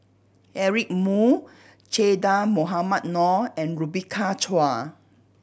Eric Moo Che Dah Mohamed Noor and Rebecca Chua